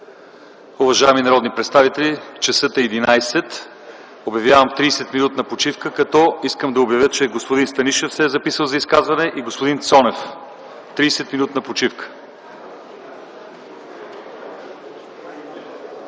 Уважаеми народни представители, часът е 11,00. Обявявам 30-минутна почивка, като искам да обявя, че господин Станишев се е записал за изказване, и господин Цонев. Тридесетминутна почивка.